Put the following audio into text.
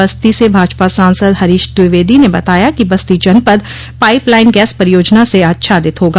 बस्ती से भाजपा सांसद हरीश द्विवेदी ने बताया कि बस्ती जनपद पाइप लाइन गैस परियोजना से आच्छादित होगा